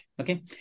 okay